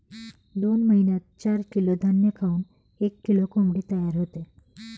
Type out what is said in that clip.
दोन महिन्यात चार किलो धान्य खाऊन एक किलो कोंबडी तयार होते